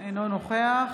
אינו נוכח